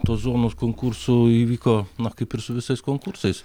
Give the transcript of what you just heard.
tos zonos konkursu įvyko na kaip ir su visais konkursais